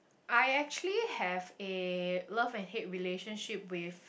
I actually have a love and hate relationship with